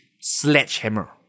sledgehammer